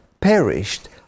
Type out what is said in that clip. perished